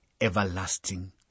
everlasting